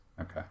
Okay